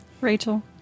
Rachel